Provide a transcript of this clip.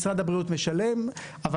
משרד הבריאות משלם על כל מה שקורה בארץ,